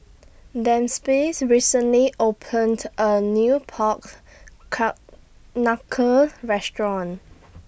recently opened A New Pork Ka Knuckle Restaurant